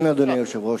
כן, אדוני היושב-ראש.